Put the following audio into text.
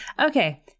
Okay